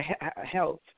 Health